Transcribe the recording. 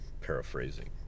paraphrasing